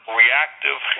reactive